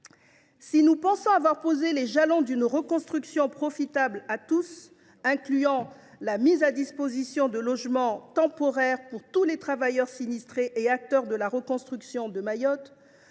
Si nous pensons avoir posé les jalons d’une reconstruction profitable à tous, en prévoyant la mise à disposition de logements temporaires pour tous les travailleurs sinistrés et tous les acteurs de la reconstruction de Mayotte,